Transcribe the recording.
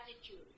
attitude